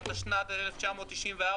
התשנ"ד-1994,